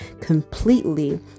completely